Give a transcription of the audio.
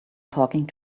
talking